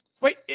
Wait